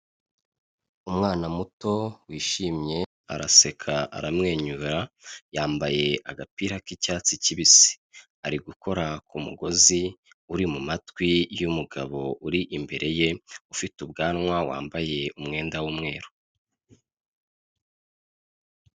Umwana muto wishimye araseka, aramwenyura, yambaye agapira k'icyatsi kibisi. Ari gukora ku mugozi uri mu matwi y'umugabo uri imbere ye ufite ubwanwa, wambaye umwenda w'umweru.